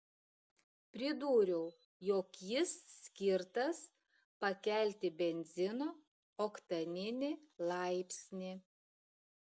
pridūriau jog jis skirtas pakelti benzino oktaninį laipsnį